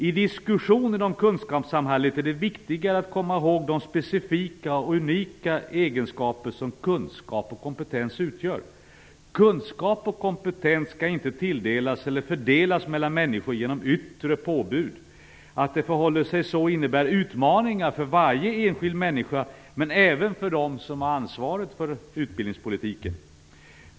I diskussionen om kunskapssamhället är det viktigare att komma ihåg de specifika och unika egenskaper som kunskap och kompetens utgör. Kunskap och kompetens kan inte tilldelas eller fördelas mellan människor genom yttre påbud. Att det förhåller sig så innebär utmaningar för varje enskild människa, men även för dem som har ansvaret för utbildningspolitiken.